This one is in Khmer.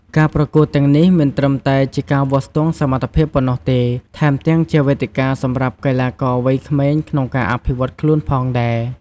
ការប្រកួតទាំងនេះមិនត្រឹមតែជាការវាស់ស្ទង់សមត្ថភាពប៉ុណ្ណោះទេ ថែមទាំងជាវេទិកាសម្រាប់កីឡាករវ័យក្មេងក្នុងការអភិវឌ្ឍខ្លួនផងដែរ។